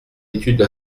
étude